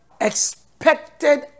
expected